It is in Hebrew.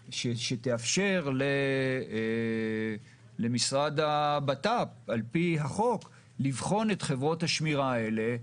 שתאפשר למשרד הבט"פ על פי החוק לבחון את חברות השמירה האלה,